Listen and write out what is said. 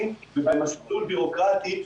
דמי אבטלה,